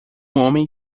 homem